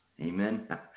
Amen